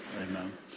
Amen